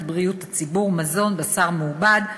בריאות הציבור (מזון) (בשר מעובד),